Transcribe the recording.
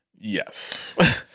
Yes